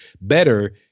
better